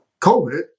COVID